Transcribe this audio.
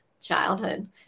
childhood